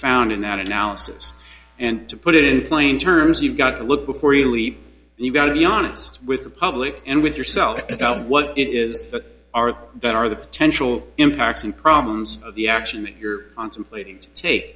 found in that analysis and to put it in plain terms you've got to look before you leap and you've got to be honest with the public and with yourself about what it is that are that are the potential impacts and problems of the action that you're contemplating t